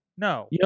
No